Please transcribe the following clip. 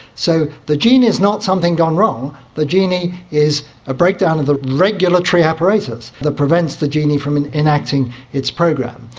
so the genie is not something gone wrong, the genie is a breakdown of the regulatory apparatus that prevents the genie from enacting its program.